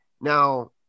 Now